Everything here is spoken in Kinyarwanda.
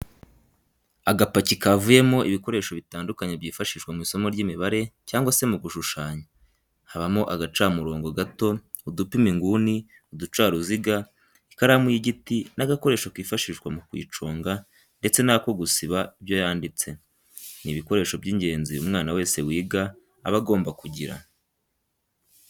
Agapaki kavuyemo ibikoresho bitandukanye byifashishwa mu isomo ry'imibare cyangwa se mu gushushanya habamo agacamurongo gato, udupima inguni, uducaruziga, ikaramu y'igiti n'agakoresho kifashishwa mu kuyiconga ndetse n'ako gusiba ibyo yanditse, ni ibikoresho by'ingenzi umwana wese wiga aba agomba kugira.